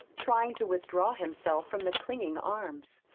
trying to withdraw himself from the clinging arms.